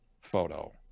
photo